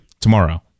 Tomorrow